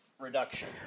reduction